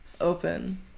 open